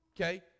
Okay